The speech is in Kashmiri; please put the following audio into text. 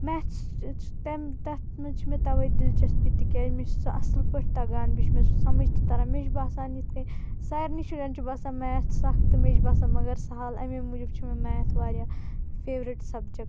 میتھس تمہِ تَتھ منٛز چھِ مےٚ تَوے دِلچَسپی تِکیٛازِ مےٚ چھِ سُہ اصٕل پٲٹھۍ تگان بیٚیہِ چھِ مےٚ سُہ سَمٛجھ تہِ تران مےٚ چھِ باسان یِتھ کَنہِ سارنٕے شُرٮ۪ن چھِ باسان میتھ سَخ تہٕ مےٚ چھِ باسان مگر سہل امے موجوٗب چھِ مےٚ میتھ واریاہ فیورِٹ سَبجَکٹ